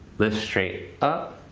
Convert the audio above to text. lift straight up.